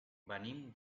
venim